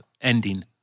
ending